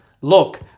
look